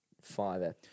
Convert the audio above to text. five